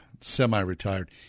semi-retired